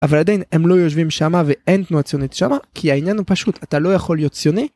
אבל עדיין הם לא יושבים שמה ואין תנועה ציונית שמה כי העניין הוא פשוט אתה לא יכול להיות ציוני.